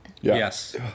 Yes